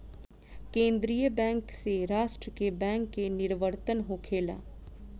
केंद्रीय बैंक से राष्ट्र के बैंक के निवर्तन होखेला